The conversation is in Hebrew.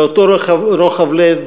באותו רוחב לב,